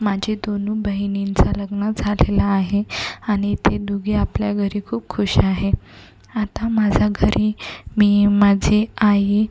माझ्या दोन्ही बहिणींचं लग्न झालेलं आहे आणि ते दोघी आपल्या घरी खूप खुश आहे आता माझ्या घरी मी माझी आई